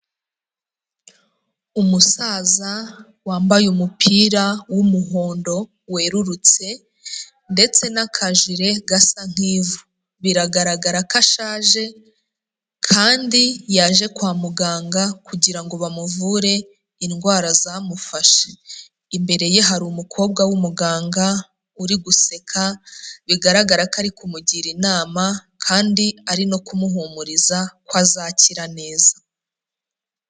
Umusaza wambaye umupira w'umuhondo werurutse ndetse n'akajire gasa nk'ivu, biragaragara ko ashaje kandi yaje kwa muganga kugira ngo bamuvure indwara zamufashe, imbere ye hari umukobwa w'umuganga uri guseka bigaragara ko ari kumugira inama kandi ari no kumuhumuriza kwa azakira neza.